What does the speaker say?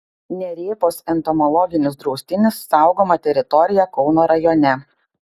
nerėpos entomologinis draustinis saugoma teritorija kauno rajone